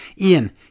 Ian